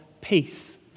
peace